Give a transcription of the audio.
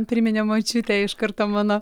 priminė močiutę iš karto mano